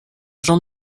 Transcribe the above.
jean